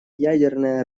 ядерное